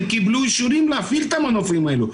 קיבלו אישורים להפעיל את המנופים האלה.